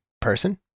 person